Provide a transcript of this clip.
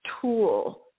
tool